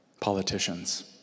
politicians